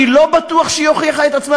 אני לא בטוח שהיא הוכיחה את עצמה,